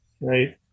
right